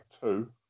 two